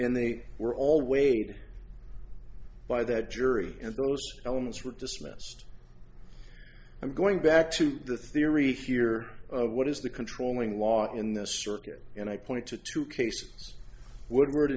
in they were all weighed by that jury and those elements were dismissed i'm going back to the theory here of what is the controlling law in this circuit and i point to two cases woodward